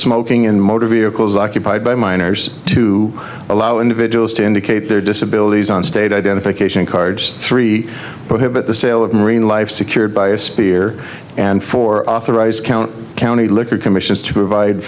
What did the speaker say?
smoking in motor vehicles occupied by minors to allow individuals to indicate their disabilities on state identification cards three prohibit the sale of marine life secured by a spear and for authorized count county liquor commissions to provide